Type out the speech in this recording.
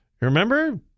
Remember